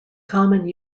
common